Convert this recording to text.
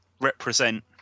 represent